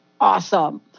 Awesome